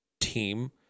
team